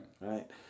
right